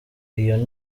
iyo